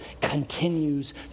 continues